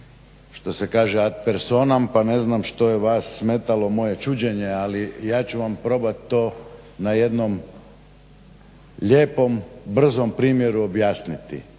što se kaže ad personom, pa ne znam što je vas smetalo moje čuđenje. Ali ja ću vam probat to na jednom lijepom, brzom primjeru objasniti.